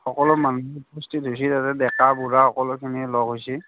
সকলো মানুহ উপস্থিত হৈছি আৰু ডেকা বুঢ়া সকলোখিনি লগ হৈছে